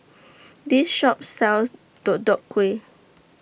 This Shop sells Deodeok Gui